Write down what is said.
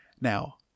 Now